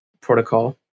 protocol